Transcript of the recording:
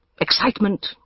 excitement